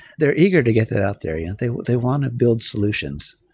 they're eager to get that out there. yeah they they want to build solutions.